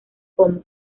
como